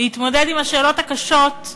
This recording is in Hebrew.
להתמודד עם השאלות הקשות,